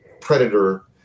predator